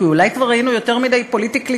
כי אולי כבר היינו יותר מדי פוליטיקלי-קורקט,